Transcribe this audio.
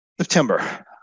September